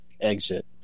exit